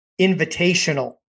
invitational